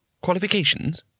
Qualifications